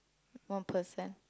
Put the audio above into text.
one person